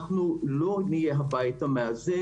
אנחנו לא נהיה הבית המאזן.